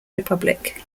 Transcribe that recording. republic